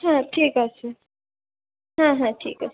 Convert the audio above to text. হ্যাঁ ঠিক আছে হ্যাঁ হ্যাঁ ঠিক আছে